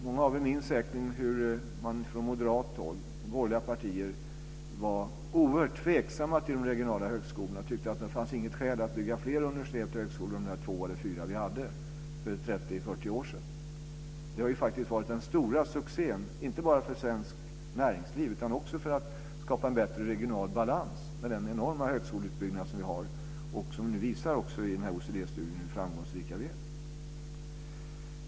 Många av er minns säkert hur man från moderat håll, från borgerliga partier, var oerhört tveksam till de regionala högskolorna. Man tyckte inte att det fanns skäl att bygga fler universitet och högskolor än de två eller fyra som vi hade för 30-40 år sedan. Det har faktiskt varit den stora succén - inte bara för svenskt näringsliv utan också för att skapa en bättre regional balans - med den enorma högskoleutbyggnad som vi har haft. Nu visar också den här OECD studien hur framgångsrika vi är.